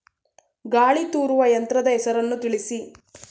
ಗಾಳಿ ತೂರುವ ಯಂತ್ರದ ಹೆಸರನ್ನು ತಿಳಿಸಿ?